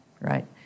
right